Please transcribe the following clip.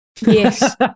Yes